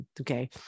okay